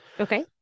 Okay